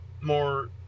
more